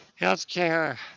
Healthcare